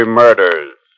murders